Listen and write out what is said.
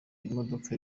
imodoka